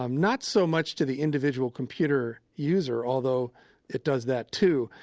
um not so much to the individual computer user, although it does that too,